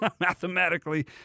Mathematically